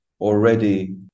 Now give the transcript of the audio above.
already